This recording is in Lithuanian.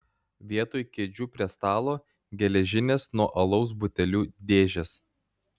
vietoj kėdžių prie stalo geležinės nuo alaus butelių dėžės